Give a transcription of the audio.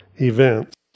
Events